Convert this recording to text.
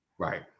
Right